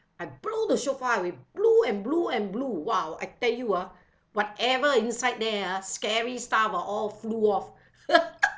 I blow the shofar we blew and blew and blew !wow! I tell you ah whatever inside there ah scary stuff ah all flew off